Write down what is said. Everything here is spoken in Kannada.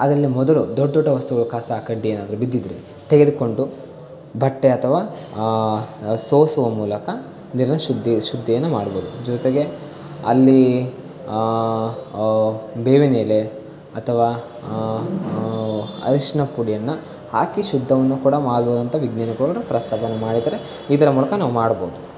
ಅದರಲ್ಲಿ ಮೊದಲು ದೊಡ್ಡ ದೊಡ್ಡ ವಸ್ತುಗಳು ಕಸ ಕಡ್ಡಿ ಏನಾದರೂ ಬಿದ್ದಿದ್ದರೆ ತೆಗೆದುಕೊಂಡು ಬಟ್ಟೆ ಅಥವಾ ಸೋಸುವ ಮೂಲಕ ನೀರನ್ನು ಶುದ್ದಿಯನ್ನು ಮಾಡ್ಬೋದು ಜೊತೆಗೆ ಅಲ್ಲಿ ಬೇವಿನೆಲೆ ಅಥವಾ ಅರಿಶಿನ ಪುಡಿಯನ್ನು ಹಾಕಿ ಶುದ್ಧವನ್ನು ಕೂಡ ಮಾಡ್ಬೋದು ಅಂತ ವಿಜ್ಞಾನಿಗಳು ಪ್ರಸ್ತಾಪವನ್ನು ಮಾಡಿದ್ದಾರೆ ಇದರ ಮೂಲಕ ನಾವು ಮಾಡ್ಬೋದು